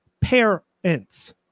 parents